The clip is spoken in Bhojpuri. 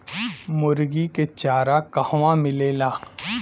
मुर्गी के चारा कहवा मिलेला?